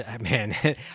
man